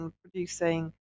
producing